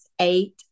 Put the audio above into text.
eight